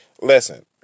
listen